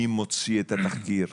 מי מוציא את התחקיר?